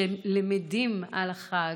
שלומדים על החג,